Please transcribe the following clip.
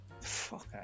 Fuck